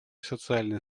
социальный